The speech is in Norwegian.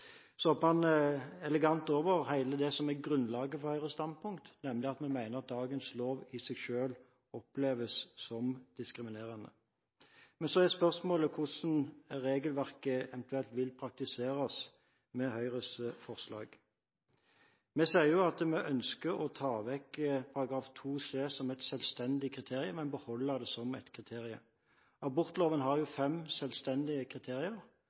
Så hoppet han elegant over det som er hele grunnlaget for Høyres standpunkt, nemlig at vi mener at dagens lov i seg selv oppleves som diskriminerende. Men så er spørsmålet: Hvordan vil regelverket eventuelt praktiseres med Høyres forslag? Vi sier at vi ønsker å ta vekk § 2 c som et selvstendig kriterium, men beholde det som et kriterium. Abortloven har fem selvstendige kriterier,